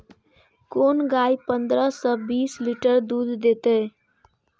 कोन गाय पंद्रह से बीस लीटर दूध करते?